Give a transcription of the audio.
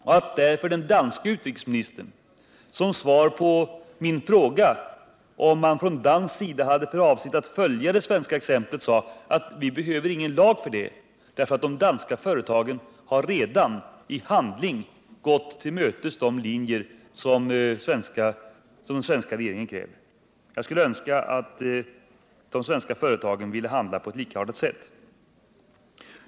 Därför kunde den danske utrikesministern som svar på min fråga om man från dansk sida hade för avsikt att följa det svenska exemplet säga: Vi behöver ingen lag för det, eftersom de danska företagen redan i handling har tillmötesgått vad den svenska regeringen kräver. Jag skulle önska att de svenska företagen ville handla på ett likartat sätt.